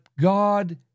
God